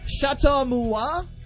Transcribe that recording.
Chateau-Moua